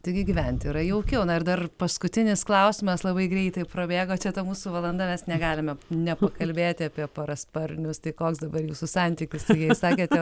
taigi gyventi yra jaukiau na ir dar paskutinis klausimas labai greitai prabėga čia ta mūsų valanda mes negalime ne kalbėti apie parasparnius tai koks dabar jūsų santykis su jais sakėte